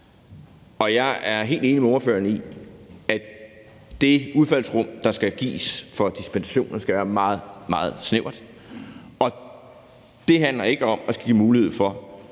Jeg er helt enig med ordføreren i, at det udfaldsrum, der skal gives i forhold til dispensationer, skal være meget, meget snævert. Og det handler ikke om at give mulighed for,